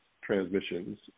transmissions